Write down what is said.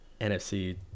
nfc